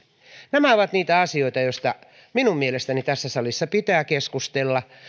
nämä ovat niitä asioita joista minun mielestäni tässä salissa pitää keskustella